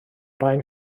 rain